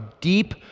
deep